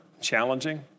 challenging